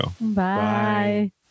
Bye